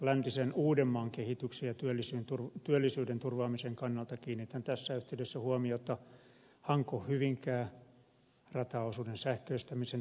läntisen uudenmaan kehityksen ja työllisyyden turvaamisen kannalta kiinnitän tässä yhteydessä huomiota hankohyvinkää rataosuuden sähköistämisen tarpeeseen